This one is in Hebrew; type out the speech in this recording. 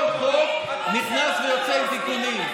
כל חוק נכנס ויוצא עם תיקונים.